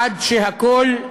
עד שהכול,